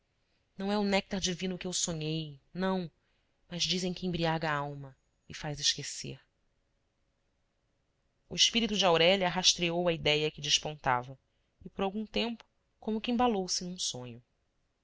não é o néctar divino que eu sonhei não mas dizem que embriaga a alma e faz esquecer o espírito de aurélia rastreou a idéia que despontava e por algum tempo como que embalou se num sonho